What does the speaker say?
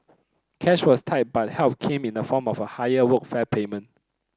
cash was tight but help came in the form of a higher Workfare payment